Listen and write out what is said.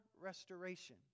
restoration